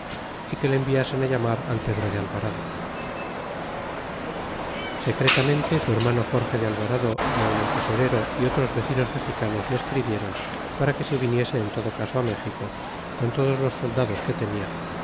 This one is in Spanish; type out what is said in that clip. y que le enviasen llamar al pedro de alvarado y secretamente su hermano jorge de alvarado y aun el tesorero y otros vecinos mexicanos le escribiéron para que se viniese en todo caso á méxico con todos los soldados que tenia